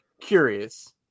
curious